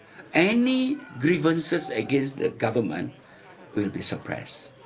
any grievances against the government will be suppressed.